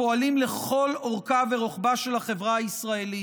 הפועלים לכל אורכה ורוחבה של החברה הישראלית.